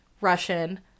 Russian